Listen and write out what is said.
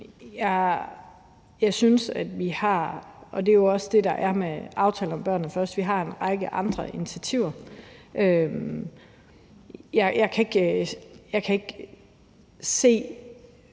lovgivning. Vi har – det er jo også det, der er med aftalen om »Børnene Først« – en række andre initiativer. Jeg kan ikke se